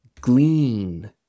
glean